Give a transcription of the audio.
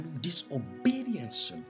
disobedience